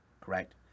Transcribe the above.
Correct